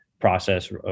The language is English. process